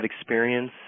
experience